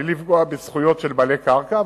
בלי לפגוע בזכויות של בעלי קרקע,